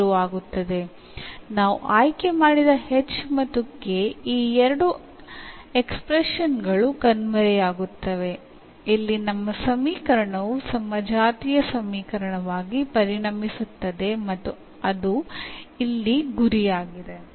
എന്നിവ നമ്മൾ തിരഞ്ഞെടുത്തുകഴിഞ്ഞാൽ ഈ രണ്ട് പദപ്രയോഗങ്ങളും ഇവിടെ അപ്രത്യക്ഷമാവുകയും നമ്മുടെ സമവാക്യം ഹോമോജീനിയസ് സമവാക്യമായി മാറുകയും ചെയ്യുന്നു അതാണ് ഇവിടെ ലക്ഷ്യം വയ്ക്കുന്നത്